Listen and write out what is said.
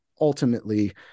ultimately